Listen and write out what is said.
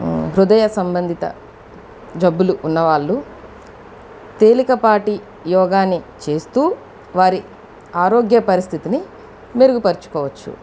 హృదయ సంబంధిత జబ్బులు ఉన్న వాళ్ళు తేలిక పాటి యోగాని చేస్తూ వారి ఆరోగ్య పరిస్థితిని మెరుగు పరుచుకోవచ్చు